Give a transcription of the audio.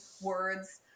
words